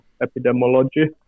epidemiology